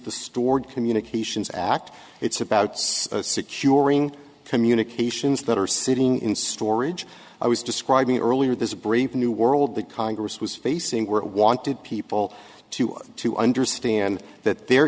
the stored communications act it's about securing communications that are sitting in storage i was describing earlier it is a brave new world that congress was facing were wanted people to to understand that their